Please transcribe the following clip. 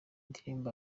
ndirimbo